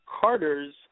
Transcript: Carter's